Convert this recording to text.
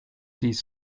these